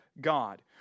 God